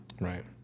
Right